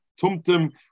tumtum